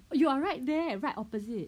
you are right there right opposite